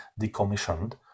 decommissioned